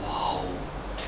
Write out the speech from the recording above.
!wow!